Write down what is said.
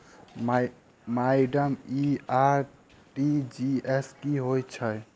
Madam इ RTGS की होइ छैय?